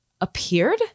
appeared